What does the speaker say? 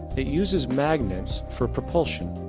it uses magnets for propulsion.